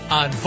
on